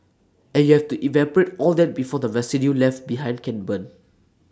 and you have to evaporate all that before the residue left behind can burn